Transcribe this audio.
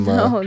no